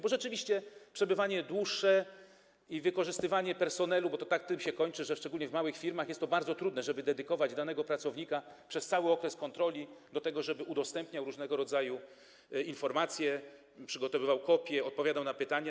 Bo rzeczywiście dłuższe przebywanie i wykorzystywanie personelu, bo to tym się kończy, szczególnie w małych firmach jest to bardzo trudne, żeby dedykować danego pracownika przez cały okres kontroli, żeby udostępniał różnego rodzaju informacje, przygotowywał kopie, odpowiadał na pytania.